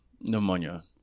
pneumonia